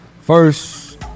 First